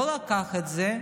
לא לקח את זה,